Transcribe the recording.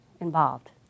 involved